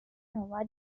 nova